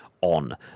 on